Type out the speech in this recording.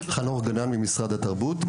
חנוך גנן ממשרד התרבות.